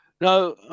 Now